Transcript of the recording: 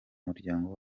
muryango